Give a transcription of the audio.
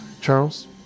Charles